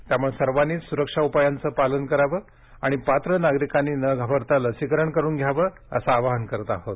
त्यामुळे सर्वांनीच सुरक्षा उपायांचं पालन करावं आणि पात्र नागरिकांनी न घाबरता लसीकरण करून घ्यावं असं आवाहन करत आहोत